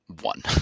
one